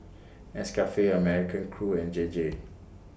Nescafe American Crew and J J